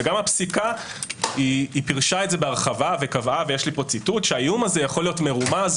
וגם הפסיקה פירשה את זה בהרחבה וקבעה שהאיום יכול להיות מרומז,